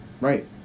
Right